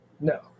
No